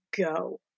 go